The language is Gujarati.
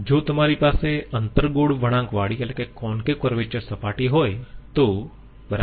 જો તમારી પાસે અંતર્ગોળ વળાંકવાળી સપાટી હોય તો બરાબર